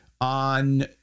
on